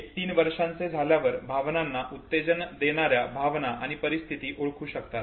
ते तीन वर्षांचे झाल्यावर भावनांना उत्तेजन देणाऱ्या भावना आणि परिस्थिती ओळखू शकतात